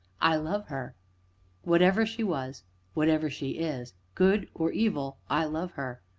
i love her whatever she was whatever she is good or evil i love her.